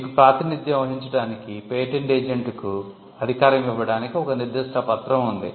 మీకు ప్రాతినిధ్యం వహించడానికి పేటెంట్ ఏజెంట్కు అధికారం ఇవ్వడానికి ఒక నిర్దిష్ట పత్రం ఉంది